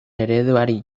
ereduari